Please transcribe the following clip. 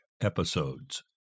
episodes